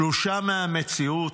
תלושה מהמציאות,